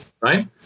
right